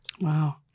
Wow